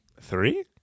Three